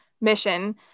mission